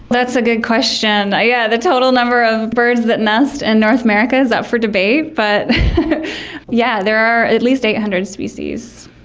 that's a good question, yeah, the total number of birds that nest in and north america is up for debate but yeah there are at least eight hundred species.